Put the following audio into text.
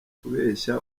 kubeshya